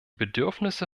bedürfnisse